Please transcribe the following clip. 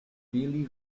billy